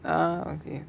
ah okay